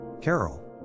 Carol